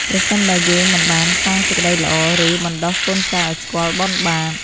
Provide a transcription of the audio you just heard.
ប្រសិនបើយើងមិនបានសាងសេចក្ដីល្អ ឬបណ្ដុះកូនចៅឱ្យស្គាល់បុណ្យបាប។